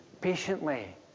patiently